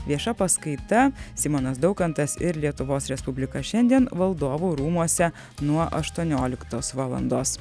vieša paskaita simonas daukantas ir lietuvos respublika šiandien valdovų rūmuose nuo aštuonioliktos valandos